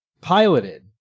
piloted